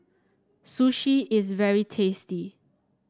sushi is very tasty